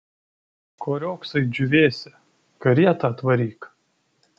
ko riogsai džiūvėsi karietą atvaryk